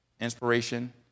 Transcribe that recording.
inspiration